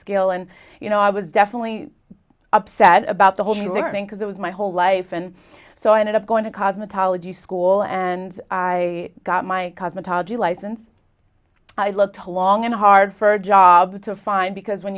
scale and you know i was definitely upset about the whole thing because it was my whole life and so i ended up going to cosmetology school and i got my cosmetology license i looked a long and hard for a job to find because when